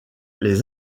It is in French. les